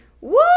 Woo